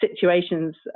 situations